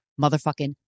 motherfucking